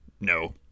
No